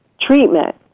treatment